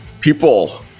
people